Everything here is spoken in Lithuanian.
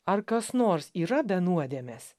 ar kas nors yra be nuodėmės